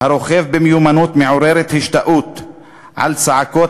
הרוכב במיומנות מעוררת השתאות על צעקות